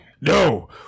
No